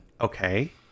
Okay